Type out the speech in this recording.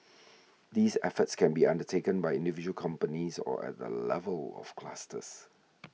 these efforts can be undertaken by individual companies or at the level of clusters